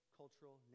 cultural